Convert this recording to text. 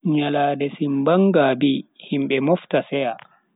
Nyalande simbang gabi, himbe mofta seya